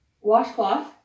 washcloth